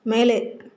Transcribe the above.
மேலே